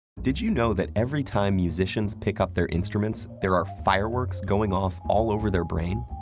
did you know that every time musicians pick up their instruments, there are fireworks going off all over their brain?